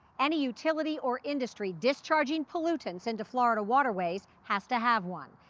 any utility or industry discharging pollutants into florida waterways has to have one.